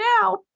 now